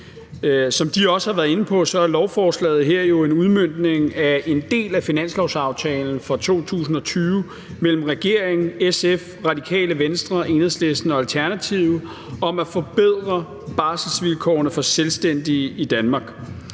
Som de også har været inde på, er lovforslaget her jo en udmøntning af en del af finanslovsaftalen for 2020 mellem regeringen, SF, Radikale Venstre, Enhedslisten og Alternativet om at forbedre barselsvilkårene for selvstændige i Danmark.